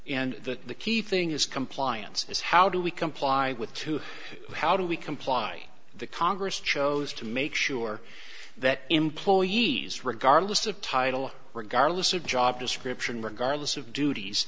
the the key thing is compliance is how do we comply with to how do we comply the congress chose to make sure that employees regardless of title regardless of job description regardless of duties